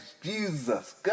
Jesus